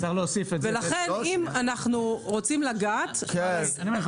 לכן אם אנחנו רוצים לגעת אז --- אני אומר לך,